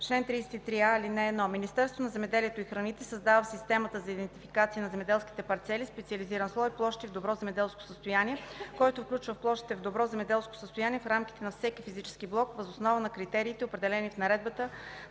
„Чл. 33а. (1) Министерството на земеделието и храните създава в системата за идентификация на земеделските парцели специализиран слой „Площи в добро земеделско състояние”, който включва площите в добро земеделско състояние в рамките на всеки физически блок, въз основа на критериите, определени в наредбата